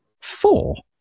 four